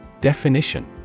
Definition